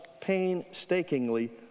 painstakingly